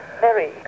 Mary